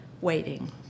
waiting